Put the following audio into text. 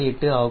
48 ஆகும்